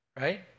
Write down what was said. right